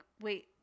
wait